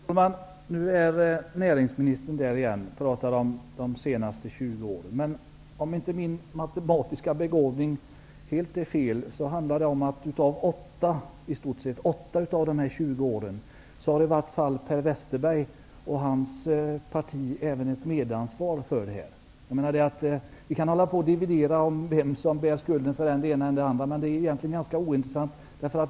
Herr talman! Nu är näringsministern återigen inne på det som hänt under de senaste 20 åren. Men om mina matematiska insikter inte pekar alldeles fel har Per Westerberg och hans parti ett medansvar för det som hänt under i stort sett 8 av dessa 20 år. Vi kan dividera om vem som bär skulden för än det ena, än det andra, men det är egentligen ganska ointressant.